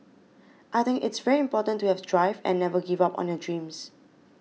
I think it's very important to have drive and never give up on your dreams